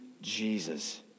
Jesus